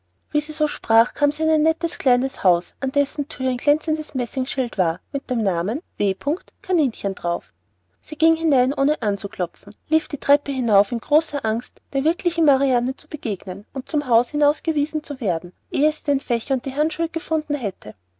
wie sie so sprach kam sie an ein nettes kleines haus an dessen thür ein glänzendes messingschild war mit dem namen w kaninchen darauf sie ging hinein ohne anzuklopfen lief die treppe hinauf in großer angst der wirklichen marianne zu begegnen und zum hause hinausgewiesen zu werden ehe sie den fächer und die handschuhe gefunden hätte